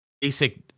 basic –